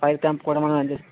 fire camp కూడా మనం enjoy